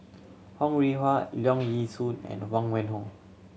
Ho Rih Hwa Leong Yee Soo and Huang Wenhong